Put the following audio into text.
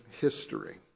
history